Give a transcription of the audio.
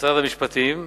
משרד המשפטים,